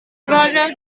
berada